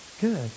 Good